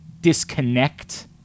disconnect